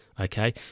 Okay